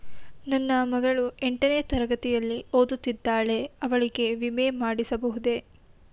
ನನ್ನ ಮಗಳು ಎಂಟನೇ ತರಗತಿಯಲ್ಲಿ ಓದುತ್ತಿದ್ದಾಳೆ ಅವಳಿಗೆ ವಿಮೆ ಮಾಡಿಸಬಹುದೇ?